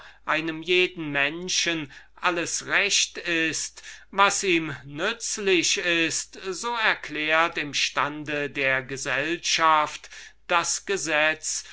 einem jeden menschen alles recht ist was ihm nützlich ist so erklärt im stande der gesellschaft das gesetz